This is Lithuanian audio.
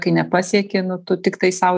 kai nepasieki nu tu tiktai sau